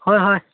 হয় হয়